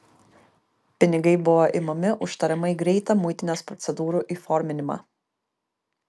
pinigai buvo imami už tariamai greitą muitinės procedūrų įforminimą